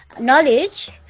knowledge